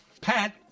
Pat